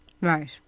Right